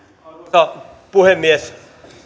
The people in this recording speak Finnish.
arvoisa puhemies